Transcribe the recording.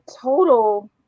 total